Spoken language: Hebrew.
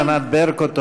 חברת הכנסת ענת ברקו,